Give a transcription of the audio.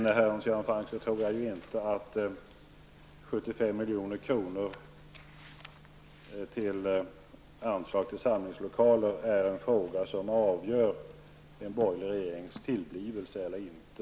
Det är vidare min uppfattning, Hans Göran Franck, att 75 milj.kr. i anslag till samlingslokaler inte är en fråga som avgör en borgerlig regerings tillblivelse eller inte.